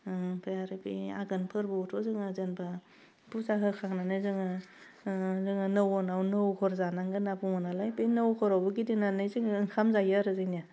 ओमफाय आरो बे आघोन फोरबोआवथ' जोङो जेनेबा फुजा होखांनानै जोङो जोङो नौवनाव नौकर जानांगोन होनना बुङो नालाय बे नौकरावबो गिदिंनानै जोङो ओंखाम जायो आरो जोंनिया